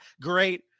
great